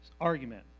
argument